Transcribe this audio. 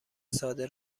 ساده